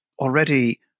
already